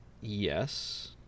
yes